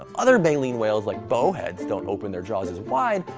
um other baleen whales like bowheads don't open their jaws as wide,